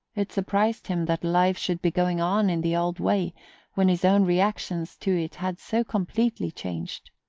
it surprised him that life should be going on in the old way when his own reactions to it had so completely changed.